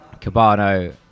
Cabano